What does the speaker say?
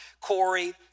Corey